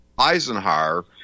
Eisenhower